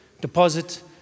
deposit